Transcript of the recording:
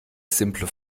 simple